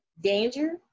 danger